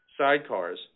sidecars